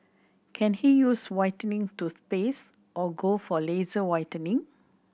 can he use whitening toothpaste or go for laser whitening